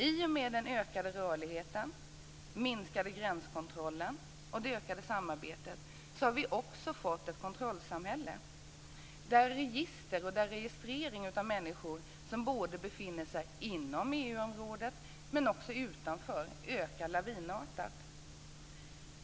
I och med den ökade rörligheten, minskade gränskontrollen och det ökade samarbetet har vi också fått ett kontrollsamhälle, där registrering av människor som befinner sig inom EU området men också utanför ökar lavinartat.